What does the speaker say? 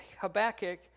Habakkuk